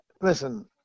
listen